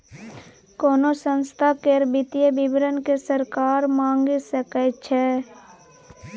कोनो संस्था केर वित्तीय विवरण केँ सरकार मांगि सकै छै